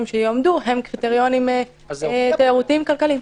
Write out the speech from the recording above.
שיעמדו הם קריטריונים תיירותיים כלכליים.